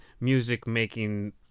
music-making